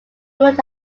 worked